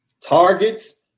targets